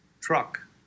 truck